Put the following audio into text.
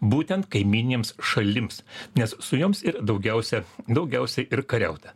būtent kaimyninėms šalims nes su joms daugiausia daugiausiai ir kariauta